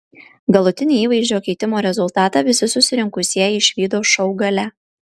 galutinį įvaizdžio keitimo rezultatą visi susirinkusieji išvydo šou gale